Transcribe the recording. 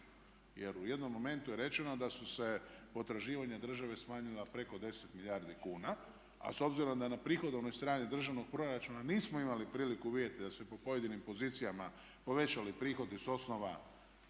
Jer u jednom momentu je rečeno da su se potraživanja države smanjila preko 10 milijardi kuna a s obzirom da na prihodovnoj strani državnog proračuna nismo imali priliku vidjeti da se po pojedinim pozicijama povećali prihodi sa osnova